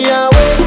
away